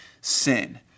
sin